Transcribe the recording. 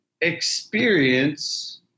experience